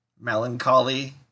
Melancholy